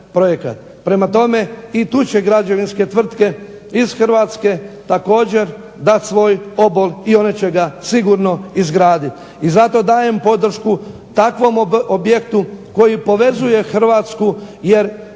Prema tome, i tu će građevinske tvrtke iz Hrvatske također dati svoj pobol i one će ga sigurno izgraditi. I zato dajem podršku takvom objektu koji povezuje Hrvatsku jer